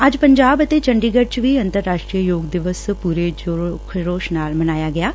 ਅੱਜ ਪੰਜਾਬ ਅਤੇ ਚੰਡੀਗੜ ਚ ਵੀ ਅੰਤਰਰਾਸ਼ਟਰੀ ਯੋਗ ਦਿਵਸ ਪੂਰੇ ਜੋਸ਼ੋ ਖਰੋਸ ਨਾਲ ਮਨਾਇਆ ਗਿਐ